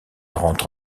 rentre